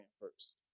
first